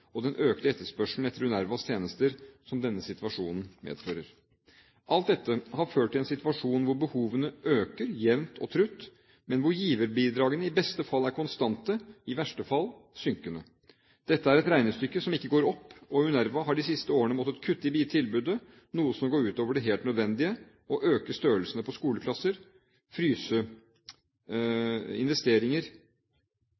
og den økte etterspørselen etter UNRWAs tjenester som denne situasjonen medfører. Alt dette har ført til en situasjon hvor behovene øker jevnt og trutt, men hvor giverbidragene i beste fall er konstante, i verste fall synkende. Dette er et regnestykke som ikke går opp, og UNRWA har de siste årene måttet kutte i tilbudet – noe som går ut over det helt nødvendige – ved å øke størrelsen på skoleklasser, fryse